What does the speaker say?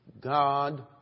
God